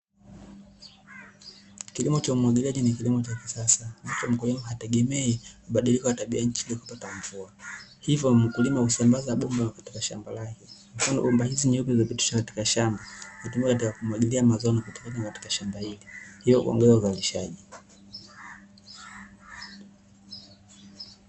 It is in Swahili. Kilimo cha umwagiliaji ni kilimo cha kisasa, kilimo ambacho hakitegemei mabadiriko ya tabia nchi ili kupata mvua hivyo mkulima hudambaza bomba katika shamba lake, mfano bomba hizi nyeupe zilzopitishwa katika shamba, hutumika katika kumwagilia mazao na upatikanaji wa maji katika shamba hivyo huongeza uzalishaji.